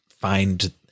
find